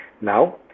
Now